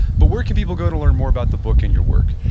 but where can people go to learn more about the book and your work?